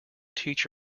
teach